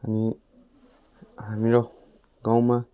अनि हाम्रो गाउँमा